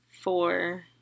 four